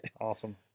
Awesome